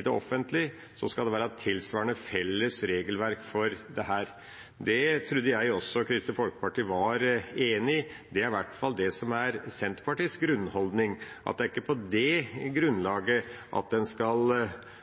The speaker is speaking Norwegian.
det offentlige, skal det være tilsvarende felles regelverk for dette. Det trodde jeg også Kristelig Folkeparti var enig i. Det er iallfall det som er Senterpartiets grunnholdning: Det er ikke på det grunnlaget man skal